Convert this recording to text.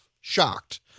shocked